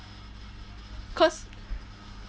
cause